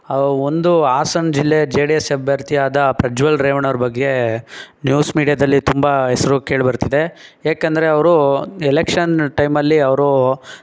ಆ ಒಂದು ಹಾಸನ ಜಿಲ್ಲೆ ಜೆ ಡಿ ಎಸ್ ಅಭ್ಯರ್ಥಿಯಾದ ಪ್ರಜ್ವಲ್ ರೇವಣ್ಣವ್ರ ಬಗ್ಗೆ ನ್ಯೂಸ್ ಮೀಡ್ಯಾದಲ್ಲಿ ತುಂಬ ಹೆಸ್ರು ಕೇಳಿಬರ್ತಿದೆ ಏಕಂದರೆ ಅವರು ಎಲೆಕ್ಷನ್ ಟೈಮಲ್ಲಿ ಅವರು